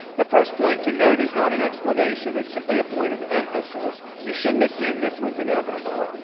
the first point to note is not an explanation. it's simply a point of emphasis. you shouldn't assume this was inevitable.